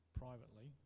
privately